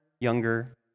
younger